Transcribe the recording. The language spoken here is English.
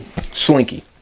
Slinky